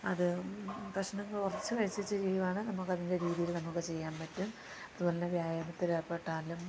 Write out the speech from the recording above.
അത് ഭക്ഷണം കുറച്ച് കഴിച്ചിട്ട് ചെയ്യുവാണേൽ നമുക്ക് അതിൻ്റെ രീതിയിൽ നമുക്ക് ചെയ്യാൻ പറ്റും അതുപോലെ തന്നെ വ്യായാമത്തിൽ ഏർപ്പെട്ടാലും